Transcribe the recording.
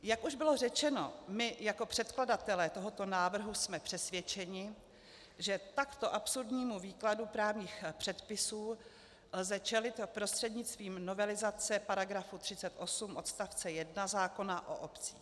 Jak už bylo řečeno, my jako předkladatelé tohoto návrhu jsme přesvědčeni, že takto absurdnímu výkladu právních předpisů lze čelit prostřednictvím novelizace § 38 odst. 1 zákona o obcích.